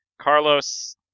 Carlos